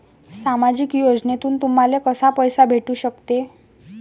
सामाजिक योजनेतून तुम्हाले कसा पैसा भेटू सकते?